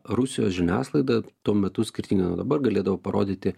rusijos žiniasklaida tuo metu skirtingai nuo dabar galėdavo parodyti